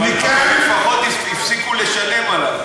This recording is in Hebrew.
אבל לפחות כבר הפסיקו לשלם עליו.